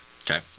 Okay